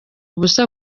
ubusa